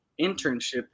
internship